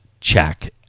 check